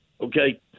Okay